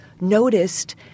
noticed